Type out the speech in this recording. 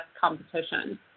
competition